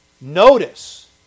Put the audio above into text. notice